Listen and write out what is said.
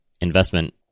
investment